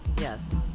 Yes